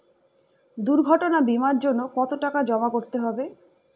দুর্ঘটনা বিমার জন্য কত টাকা জমা করতে হবে?